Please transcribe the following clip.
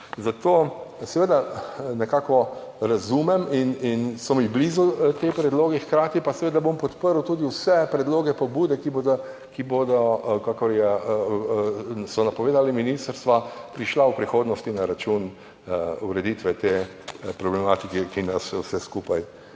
Zato seveda nekako razumem in so mi blizu ti predlogi, hkrati pa bom podprl tudi vse predloge, pobude, ki bodo, kakor so napovedali z ministrstva, prišle v prihodnosti na račun ureditve te problematike, ki nas vse skupaj